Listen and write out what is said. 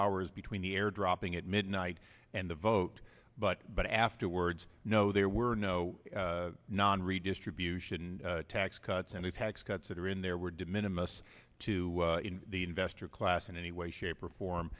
hours between the air dropping at midnight and the vote but but afterwards no there were no non redistribution tax cuts and the tax cuts that are in there were dim in a most to the investor class in any way shape or form